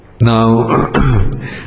Now